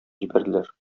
җибәрделәр